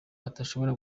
atashobora